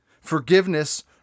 Forgiveness